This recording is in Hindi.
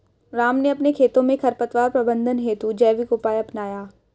राम ने अपने खेतों में खरपतवार प्रबंधन हेतु जैविक उपाय अपनाया है